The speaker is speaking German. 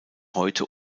heute